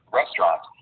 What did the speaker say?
restaurant